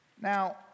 Now